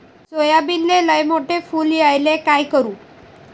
सोयाबीनले लयमोठे फुल यायले काय करू?